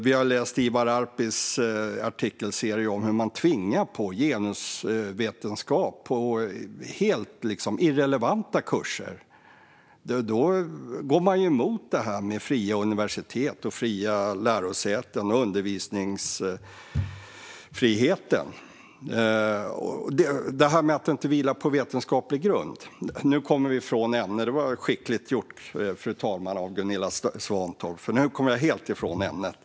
Vi har läst Ivar Arpis artikelserie om hur man tvingar på genusvetenskap på kurser där det är helt irrelevant. Då går man ju emot detta med fria universitet och lärosäten och undervisningsfrihet. Nu kommer vi ifrån ämnet. Det var skickligt gjort av Gunilla Svantorp, fru talman, för nu kom jag helt ifrån ämnet.